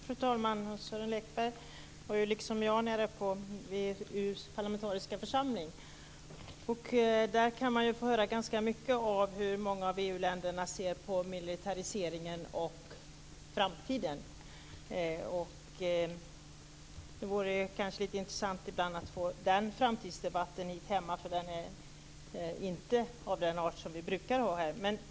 Fru talman! Sören Lekberg besökte ju liksom jag VEU:s parlamentariska församling. Där kunde man få höra ganska mycket om hur många av EU-länderna ser på militariseringen och framtiden. Det vore intressant att få den framtidsdebatten här hemma, för den är inte av den art som vi brukar ha här.